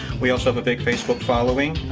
we also have a big facebook following,